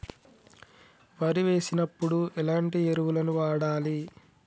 వరి వేసినప్పుడు ఎలాంటి ఎరువులను వాడాలి?